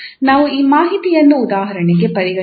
ನಾವು ಈ ಮಾಹಿತಿಯನ್ನು ಉದಾಹರಣೆಯಾಗಿ ಪರಿಗಣಿಸಿದರೆ